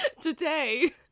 Today